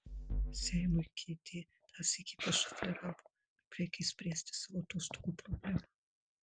seimui kt dar sykį pasufleravo kaip reikia išspręsti savo atostogų problemą